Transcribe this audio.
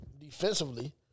defensively